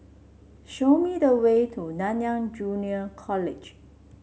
show me the way to Nanyang Junior College